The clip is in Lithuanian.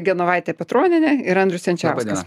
genovaitė petronienė ir andrius jančiauskas